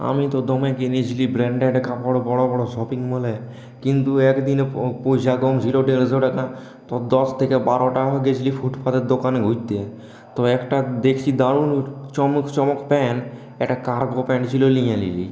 আমি তো দমে কিনেছিলাম ব্র্যান্ডেড কাপড় বড় বড় শপিং মলে কিন্তু একদিনে পয়সা কম ছিল দেড়শো টাকা তো দশ থেকে বারো গিয়েছি ফুটপাথের দোকানে ঘুরতে তো একটা দেখছি দারুণ চমক চমক প্যান্ট একটা কার্গো প্যান্ট ছিল নিয়ে নিলাম